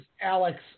Alex